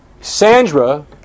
Sandra